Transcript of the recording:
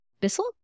Bissell